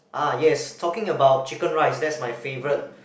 ah yes talking about chicken rice that's my favourite